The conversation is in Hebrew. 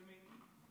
למי?